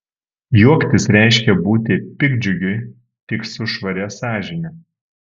juoktis reiškia būti piktdžiugiui tik su švaria sąžine